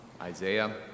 Isaiah